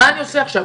מה אני עושה עכשיו?